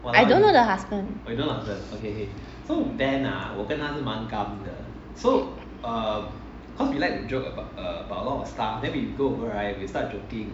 I don't know the husband